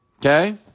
Okay